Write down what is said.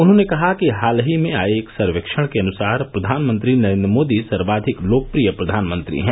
उन्होंने कहा कि हाल ही में आए एक सर्वेक्षण के अनुसार प्रधानमंत्री नरेन्द्र मोदी सर्वाधिक लोकप्रिय प्रधानमंत्री हैं